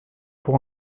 pour